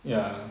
ya